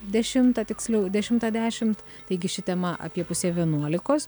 dešimtą tiksliau dešimtą dešimt taigi ši tema apie pusė vienuolikos